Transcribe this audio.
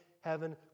heaven